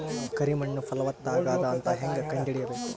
ಕರಿ ಮಣ್ಣು ಫಲವತ್ತಾಗದ ಅಂತ ಹೇಂಗ ಕಂಡುಹಿಡಿಬೇಕು?